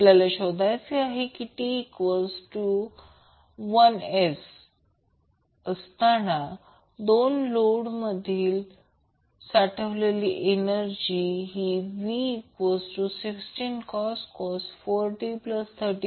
आपल्याला शोधायचे आहे की t1s असताना दोन जोड मधील साठवलेली एनर्जी की v60cos 4t30V